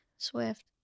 Swift